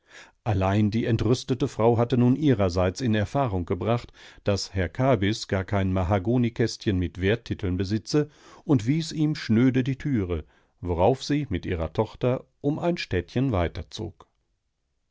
allein die entrüstete frau hatte nun ihrerseits in erfahrung gebracht daß herr kabys gar kein mahagonikästchen mit werttiteln besitze und wies ihm schnöde die türe worauf sie mit ihrer tochter um ein städtchen weiter